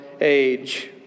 age